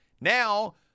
Now